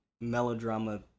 melodrama